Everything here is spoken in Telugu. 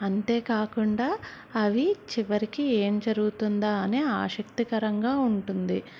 అంతేకాకుండా అవి చివరికి ఏం జరుగుతుందా అని ఆసక్తికరంగా ఉంటుంది